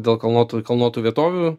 dėl kalnuotų kalnuotų vietovių